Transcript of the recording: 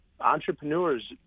entrepreneurs